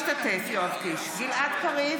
בהצבעה גלעד קריב,